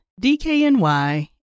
DKNY